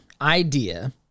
idea